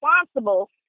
responsible